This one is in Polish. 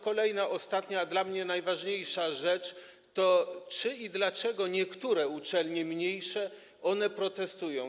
Kolejna, ostatnia, dla mnie najważniejsza rzecz, to czy i dlaczego niektóre mniejsze uczelnie protestują.